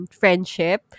friendship